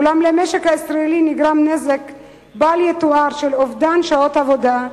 אולם למשק הישראלי נגרם נזק בל יתואר של אובדן שעות עבודה,